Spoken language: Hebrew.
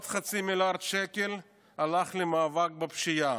עוד חצי מיליארד שקלים הלכו למאבק בפשיעה,